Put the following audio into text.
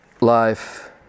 life